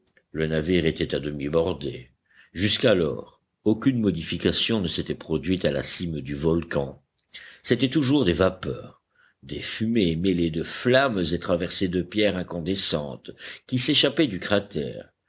le navire était à demi bordé jusqu'alors aucune modification ne s'était produite à la cime du volcan c'était toujours des vapeurs des fumées mêlées de flammes et traversées de pierres incandescentes qui s'échappaient du cratère